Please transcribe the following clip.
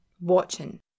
Watching